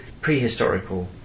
prehistorical